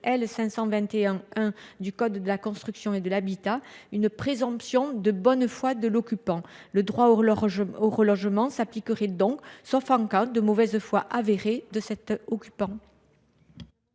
521 1 du code de la construction et de l’habitation une présomption de bonne foi de l’occupant. Ainsi le droit au relogement s’appliquerait il, sauf en cas de mauvaise foi avérée de l’occupant.